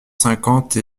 cinquante